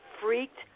freaked